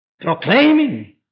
proclaiming